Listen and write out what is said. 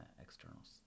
externals